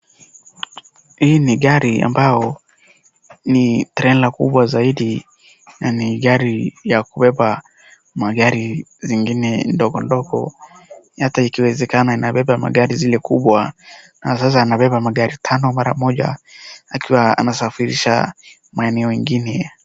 Hii ni gari ambayo ni trela kubwa zaidi na ni gari ya kubeba magari zingine ndogo ndogo. Hata ikiwezekana inabeba gari zile kubwa. Na sasa anabeba magari tano mara moja akiwa anasafirisha maeneo nyingine.